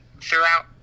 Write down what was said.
throughout